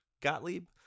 Gottlieb